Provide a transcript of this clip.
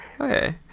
okay